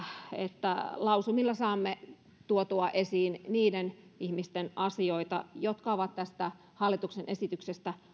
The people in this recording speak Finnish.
että lausumilla saamme tuotua esiin niiden ihmisten asioita jotka ovat tästä hallituksen esityksestä